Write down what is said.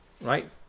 right